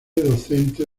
docente